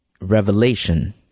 revelation